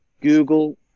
google